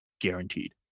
guaranteed